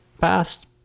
past